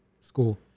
school